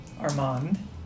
Armand